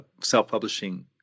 self-publishing